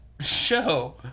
show